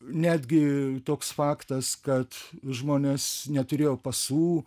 netgi toks faktas kad žmonės neturėjo pasų